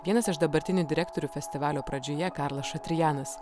vienas iš dabartinių direktorių festivalio pradžioje karlas šatrijanas